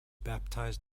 baptized